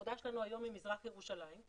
העבודה שלנו היום עם מזרח ירושלים,